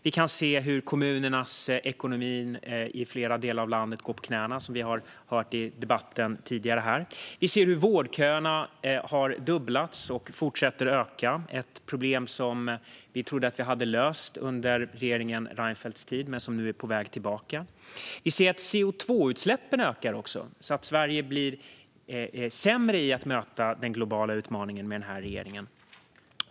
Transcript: Vi kan se hur kommuner i flera delar av landet går på knäna vad gäller ekonomin - det har vi hört om i tidigare debatter. Vi ser hur vårdköerna har dubblats och fortsätter att öka. Det är ett problem som vi trodde att vi hade löst under regeringen Reinfeldts tid, men det är nu på väg tillbaka. Vi ser också att CO2-utsläppen ökar. Sverige blir alltså sämre på att möta den globala utmaningen med denna regering.